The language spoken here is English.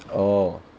oh